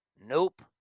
Nope